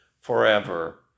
forever